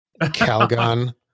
Calgon